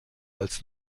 als